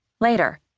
Later